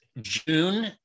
June